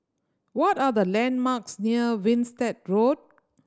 what are the landmarks near Winstedt Road